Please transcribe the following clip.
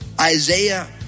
Isaiah